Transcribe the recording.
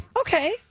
Okay